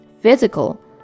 Physical